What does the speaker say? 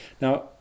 Now